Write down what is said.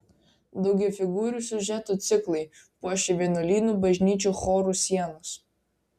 daugiafigūrių siužetų ciklai puošė vienuolynų bažnyčių chorų sienas